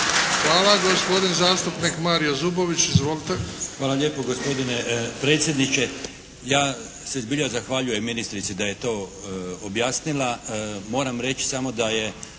Hvala. Gospodin zastupnik Mario Zubović. Izvolite. **Zubović, Mario (HDZ)** Hvala lijepo gospodine predsjedniče. Ja se zbilja zahvaljujem ministrici da je to objasnila. Moram reći samo da je